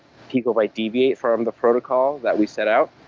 people might deviate from the protocol that we set out,